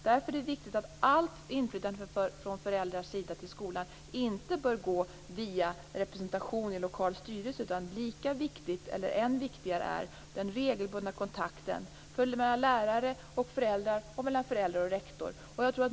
Därför är det viktigt att allt inflytande från föräldrars sida till skolan inte bör gå via representation i lokala styrelser, utan lika viktigt, eller än viktigare, är den regelbundna kontakten mellan lärare och föräldrar och mellan föräldrar och rektor.